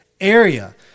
area